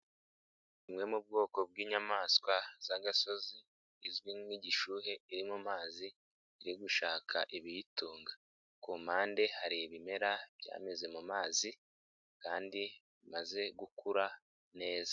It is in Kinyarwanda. Imwe mu bwoko bw'inyamaswa z'agasozi izwi nk'igishuhe iri mu mazi iri gushaka ibiyitunga, ku mpande hari ibimera byameze mu mumazi kandi bimaze gukura neza.